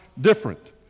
different